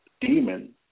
demon